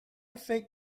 think